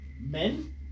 men